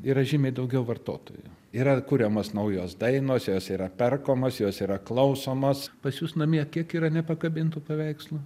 yra žymiai daugiau vartotojų yra kuriamos naujos dainos jos yra perkamos jos yra klausomos pas jus namie kiek yra nepakabintų paveikslų